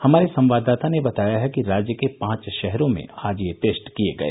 हमारे संवाददाता ने बताया है कि राज्य के पांच शहरों में आज ये टेस्ट किए गए